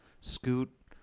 Scoot